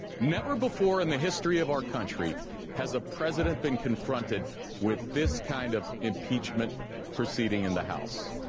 never before in the history of our country has a president been confronted with this kind of impeachment proceeding in the house.